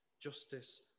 Justice